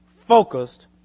focused